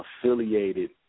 affiliated